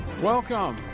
Welcome